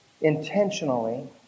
intentionally